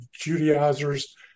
Judaizers